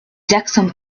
jackson